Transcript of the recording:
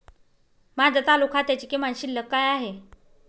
माझ्या चालू खात्याची किमान शिल्लक काय आहे?